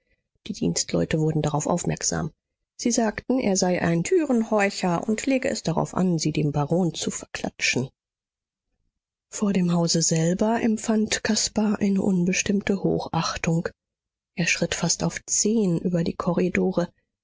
die dienstleute wurden darauf aufmerksam sie sagten er sei ein türenhorcher und lege es darauf an sie dem baron zu verklatschen vor dem hause selber empfand caspar eine unbestimmte hochachtung er schritt fast auf zehen über die korridore